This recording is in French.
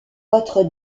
votre